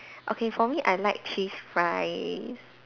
okay for me I like cheese fries